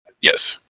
Yes